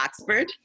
Oxford